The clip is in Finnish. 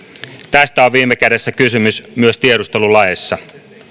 tästä on viime kädessä kysymys myös tiedustelulaeissa